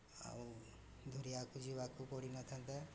ଆଉ ଦୂରିଆକୁ ଯିବାକୁ ପଡ଼ିନଥାନ୍ତା